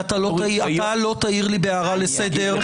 אתה לא תעיר לי בהערה לסדר.